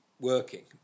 working